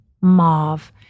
mauve